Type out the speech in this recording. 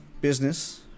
business